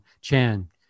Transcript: Chan